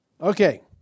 Okay